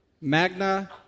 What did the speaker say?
magna